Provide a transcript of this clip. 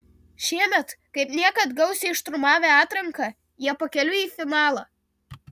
šiemet kaip niekad gausiai šturmavę atranką jie pakeliui į finalą